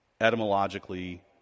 etymologically